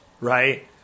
right